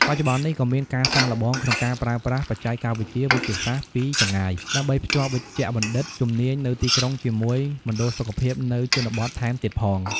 បច្ចុប្បន្ននេះ ក៏មានការសាកល្បងក្នុងការប្រើប្រាស់ បច្ចេកវិទ្យាវេជ្ជសាស្ត្រពីចម្ងាយ ដើម្បីភ្ជាប់វេជ្ជបណ្ឌិតជំនាញនៅទីក្រុងជាមួយមណ្ឌលសុខភាពនៅជនបទថែមទៀតផង។